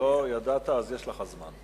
לא ידעת, אז יש לך זמן.